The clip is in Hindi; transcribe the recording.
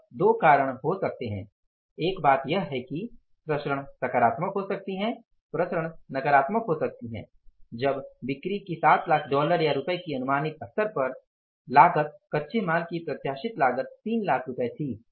अब दो कारण हो सकते हैं एक बात यह है कि प्रसरण सकारात्मक हो सकती हैं प्रसरण नकारात्मक हो सकती हैं जब बिक्री की 7 लाख डॉलर या रुपये की अनुमानित स्तर पर लागत कच्चे माल की प्रत्याशित लागत 3 लाख रुपये थी